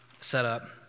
setup